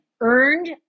earned